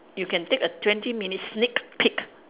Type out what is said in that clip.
you can take a twenty minute sneak peek